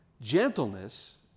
Gentleness